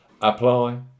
apply